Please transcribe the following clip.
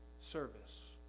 service